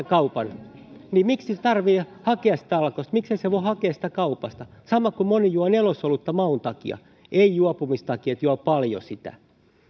kaupan niin miksi se tarvitsee hakea alkosta miksei voi hakea sitä kaupasta samoin moni juo nelosolutta maun takia ei juopumisen takia että juo paljon sitä